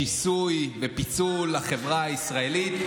שיסוי ופיצול החברה הישראלית.